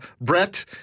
Brett